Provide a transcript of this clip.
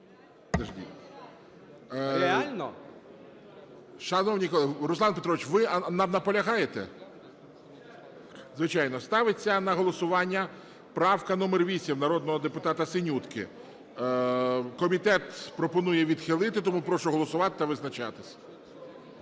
колеги! Руслан Петрович, ви наполягаєте? Звичайно. Ставиться на голосування правка номер 8 народного депутата Синютки. Комітет пропонує відхилити. Тому прошу голосувати та визначатися.